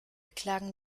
klagen